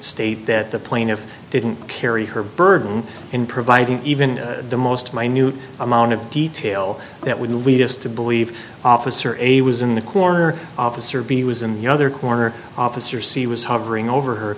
state that the plaintiff didn't carry her burden in providing even the most minute amount of detail that would lead us to believe officer a was in the corner office or b was in the other corner office or c was hovering over her